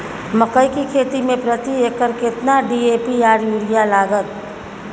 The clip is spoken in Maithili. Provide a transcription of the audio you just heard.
मकई की खेती में प्रति एकर केतना डी.ए.पी आर यूरिया लागत?